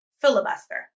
filibuster